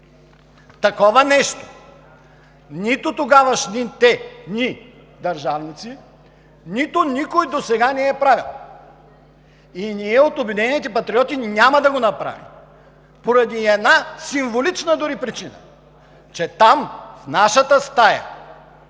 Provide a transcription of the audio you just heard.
Такова нещо нито тогавашните ни държавници, нито никой досега не е правил! И ние от „Обединени патриоти“ няма да го направим поради една символична дори причина: че там, в нашата стая,